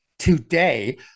Today